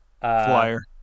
flyer